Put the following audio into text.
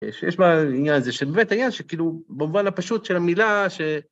יש... יש בעניין הזה של... באמת, הנעיין שכאילו, במובן הפשוט של המילה ש...